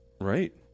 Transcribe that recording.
Right